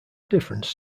difference